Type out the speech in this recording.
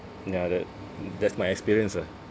ya that that's my experience ah